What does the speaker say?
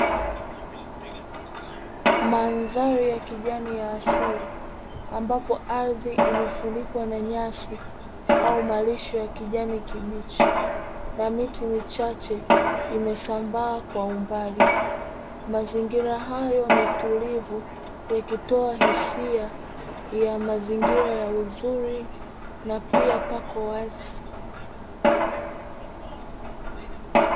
Mandhari ya kijani ya asili mbapo ardhi imefunikwa na nyasi au malisho ya kijani kibichi, na miti michache imesambaa kwa umbali. Mazingira hayo ni tuivu yakitowa hisia ya mazingira ya uzuri na pia pako wazi.